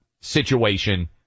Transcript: situation